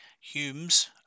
Humes